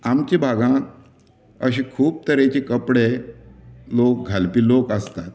आमच्या भागांत अशी खूब तरेची कपडे लोक घालपी लोक आसात